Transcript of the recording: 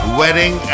wedding